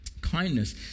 Kindness